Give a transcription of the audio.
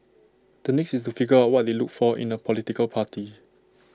the next is to figure out what they looked for in A political party